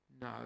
no